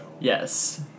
Yes